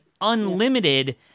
unlimited